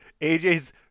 AJ's